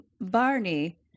Barney